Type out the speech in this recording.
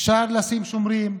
אפשר לשים שומרים,